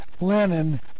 Lenin